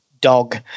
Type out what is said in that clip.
dog